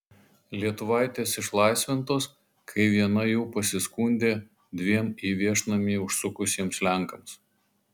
lietuvaitės išlaisvintos kai viena jų pasiskundė dviem į viešnamį užsukusiems lenkams